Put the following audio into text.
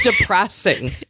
depressing